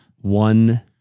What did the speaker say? One